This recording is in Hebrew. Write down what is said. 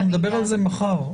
נדבר על זה מחר.